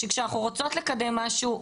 שכשאנחנו רוצות לקדם משהו,